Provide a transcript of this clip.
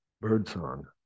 birdsong